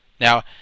Now